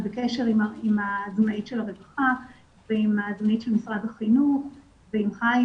בקשר עם התזונאית של הרווחה והתזונאית של משרד החינוך ועם חיים